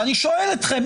ואני שואל אתכם,